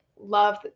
love